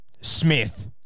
Smith